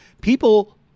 people